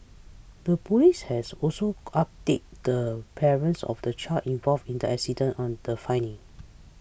the police has also updated the parents of the child involved in the incident on the findings